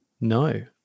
No